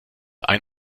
ein